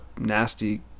nasty